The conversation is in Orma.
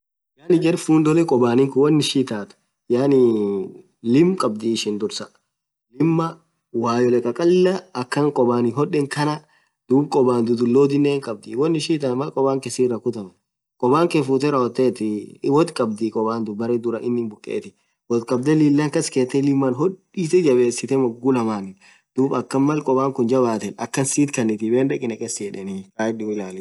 Yaani jarr fudholee khobani khun wonn ishin itathu. yaani limm khabdhi ishin dhursaa limma wayyolee khakhalah akhan khobanin hodhen khaaan dhub khoban dhudhulothinen hin khabdhii wonn ishin itathu Mal khoban khee siraah khutamenu khoban Kee futhee rawothethi woth khabdhii khoban khun dhuran inn bhukeni woth khabdhe lilan kaskethe liman hodhithee jabesith moghuu lamanin dhub akhan Mal khoban khun jabathen akhan sith kanithi Ben dhekhii neghed khayedhi ilali